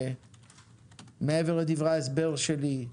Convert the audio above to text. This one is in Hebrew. מעבר לדברי ההסבר שלי,